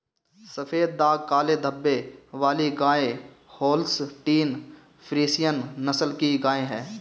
सफेद दाग काले धब्बे वाली गाय होल्सटीन फ्रिसियन नस्ल की गाय हैं